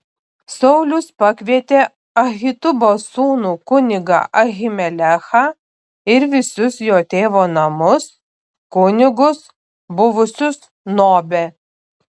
saulius pakvietė ahitubo sūnų kunigą ahimelechą ir visus jo tėvo namus kunigus buvusius nobe